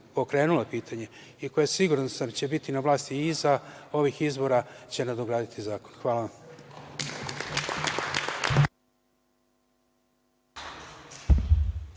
pokrenula pitanje i koja će, siguran sam, biti na vlasti iza ovih izbora, će nadograditi zakon. Hvala